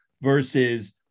versus